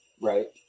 right